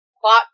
plot